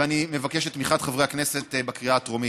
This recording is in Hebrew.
ואני מבקש את תמיכת חברי הכנסת בקריאה הטרומית.